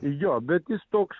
jo bet jis toks